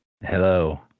Hello